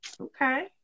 Okay